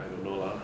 I don't know lah